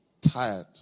tired